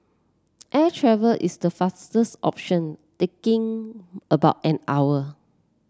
air travel is the fastest option taking about an hour